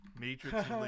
Matrix